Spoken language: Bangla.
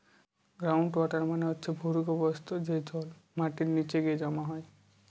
গ্রাউন্ড ওয়াটার মানে হচ্ছে ভূর্গভস্ত, যে জল মাটির নিচে গিয়ে জমা হয়